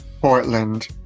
Portland